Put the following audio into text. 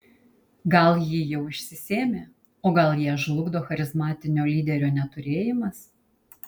gal ji jau išsisėmė o gal ją žlugdo charizmatinio lyderio neturėjimas